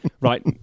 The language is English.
Right